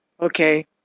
okay